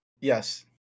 Yes